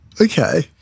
okay